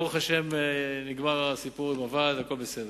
וברוך השם נגמר הסיפור עם הוועד והכול בסדר.